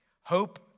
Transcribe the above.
Hope